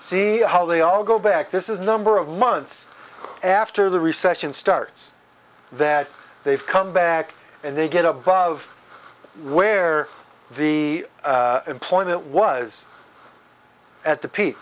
see how they all go back this is number of months after the recession starts that they've come back and they get above where the employment was at the peak